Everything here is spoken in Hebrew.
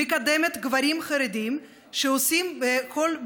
מקדמת גברים חרדים שעושים הכול,